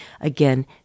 Again